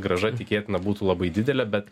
grąža tikėtina būtų labai didelė bet